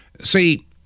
See